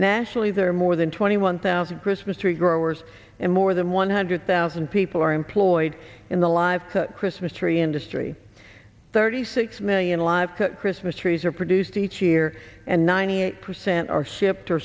nationally there are more than twenty one thousand christmas tree growers and more than one hundred thousand people are employed in the live christmas tree industry thirty six million live christmas trees are produced each year and ninety eight percent are sipped her